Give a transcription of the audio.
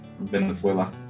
Venezuela